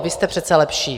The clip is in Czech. Vy jste přece lepší!